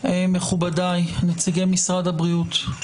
מכובדיי נציגי משרד הבריאות,